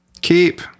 Keep